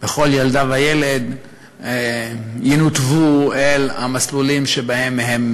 וכל ילדה וילד ינותבו אל המסלולים שבהם הם